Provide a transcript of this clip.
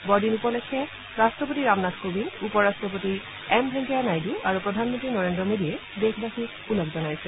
বৰদিন উপলক্ষে ৰাষ্ট্ৰপতি ৰামনাথ কোবিন্দ উপ ৰাষ্ট্ৰপতি এম ভেংকায়া নাইডু আৰু প্ৰধানমন্নী নৰেন্দ্ৰ মোদীয়ে দেশবাসীক ওলগ জনাইছে